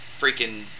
freaking